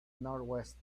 northwest